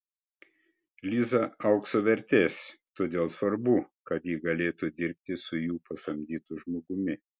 liza aukso vertės todėl svarbu kad ji galėtų dirbti su jų pasamdytu žmogumi